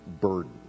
burden